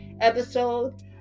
episode